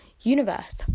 universe